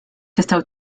tistgħu